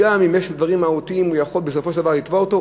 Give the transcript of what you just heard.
אם יש דברים מהותיים הוא יכול בסופו של דבר לתבוע אותו,